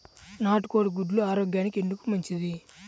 నాటు కోడి గుడ్లు ఆరోగ్యానికి ఎందుకు మంచిది?